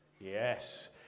Yes